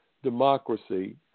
Democracy